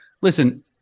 listen